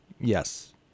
Yes